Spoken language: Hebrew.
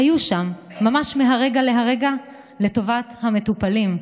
היו שם ממש מהרגע להרגע לטובת המטופלים,